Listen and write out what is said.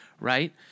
right